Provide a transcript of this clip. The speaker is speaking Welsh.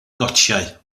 gotiau